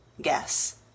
guess